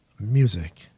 music